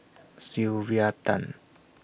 Sylvia Tan